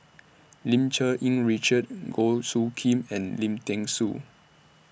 Lim Cherng Yih Richard Goh Soo Khim and Lim Thean Soo